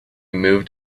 moved